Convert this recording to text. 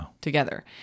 together